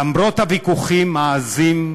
למרות הוויכוחים העזים,